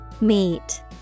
Meet